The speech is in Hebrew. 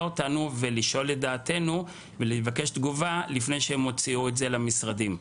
אותנו ולשאול לדעתנו ולבקש תגובה לפני שהם הוציאו את זה למשרדים.